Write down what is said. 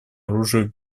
оружию